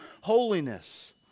holiness